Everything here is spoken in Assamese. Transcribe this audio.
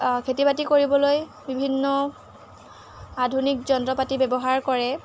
খেতি বাতি কৰিবলৈ বিভিন্ন আধুনিক যন্ত্ৰপাতি ব্যৱহাৰ কৰে